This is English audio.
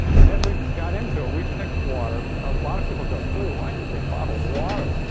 and, as we got into it, we picked water. a lot of people go oh, why did you pick bottled water?